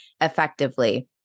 effectively